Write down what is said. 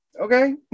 okay